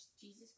Jesus